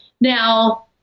now